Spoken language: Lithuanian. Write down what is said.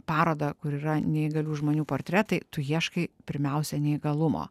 parodą kur yra neįgalių žmonių portretai tu ieškai pirmiausia neįgalumo